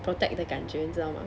protect 的感觉你知道吗